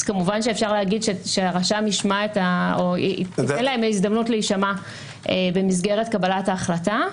אז כמובן אפשר להגיד שהרשם ייתן להם הזדמנות להישמע במסגרת קבלת ההחלטה.